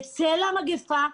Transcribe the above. בצל המגפה,